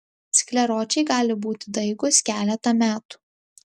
skleročiai gali būti daigūs keletą metų